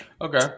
Okay